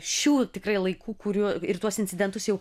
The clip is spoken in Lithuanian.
šių tikrai laikų kuriu ir tuos incidentus jau